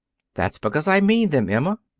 that's because i mean them, emma.